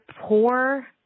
poor